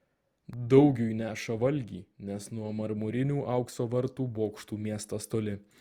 daugiui neša valgį nes nuo marmurinių aukso vartų bokštų miestas toli